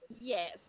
yes